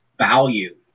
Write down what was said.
value